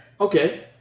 okay